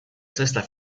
sesta